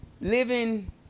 living